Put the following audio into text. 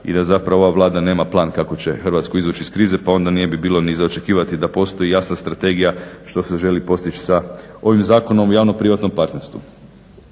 i da zapravo ova Vlada nema plan kako će Hrvatsku izvući iz krize, pa onda ne bi bilo ni za očekivati da postoji jasna strategija što se želi postići sa ovim Zakonom o javno-privatnom partnerstvu.